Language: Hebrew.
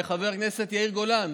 חבר הכנסת יאיר גולן,